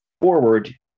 forward